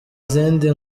izindi